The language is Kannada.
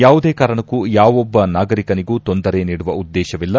ಯಾವುದೇ ಕಾರಣಕ್ಕೂ ಯಾವೊಬ್ಲ ನಾಗರಿಕನಿಗೂ ತೊಂದರೆ ನೀಡುವ ಉದ್ದೇತವಿಲ್ಲ